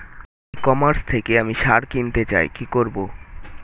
ই commerce থেকে আমি সার কিনতে চাই কি করব?